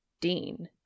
Dean